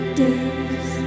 days